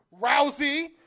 Rousey